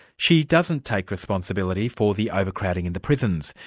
she doesn't take responsibility for the overcrowding in the prisons.